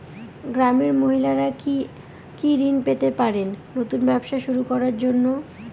গ্রামের মহিলারা কি কি ঋণ পেতে পারেন নতুন ব্যবসা শুরু করার জন্য?